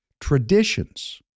traditions